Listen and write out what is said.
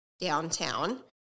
downtown